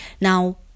Now